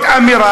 אני?